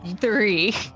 three